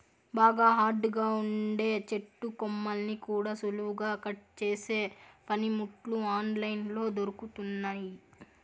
బాగా హార్డ్ గా ఉండే చెట్టు కొమ్మల్ని కూడా సులువుగా కట్ చేసే పనిముట్లు ఆన్ లైన్ లో దొరుకుతున్నయ్యి